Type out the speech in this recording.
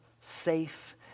safe